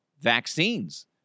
vaccines